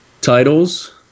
titles